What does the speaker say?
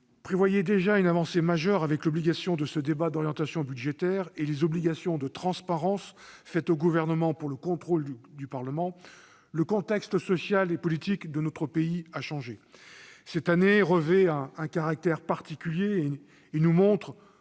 prévoyait déjà une avancée majeure, avec l'obligation de ce débat d'orientation budgétaire et les obligations de transparence faites au Gouvernement pour faciliter le contrôle du Parlement, le contexte social et politique de notre pays a changé. Cette année revêt un caractère particulier et montre